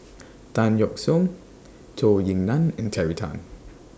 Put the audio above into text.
Tan Yeok Seong Zhou Ying NAN and Terry Tan